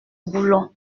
boulons